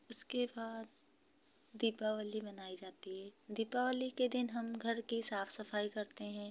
उसके बाद दीपावली मनाई जाती है दीपावली के दिन हम घर की साफ़ सफ़ाई करते हैं